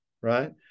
right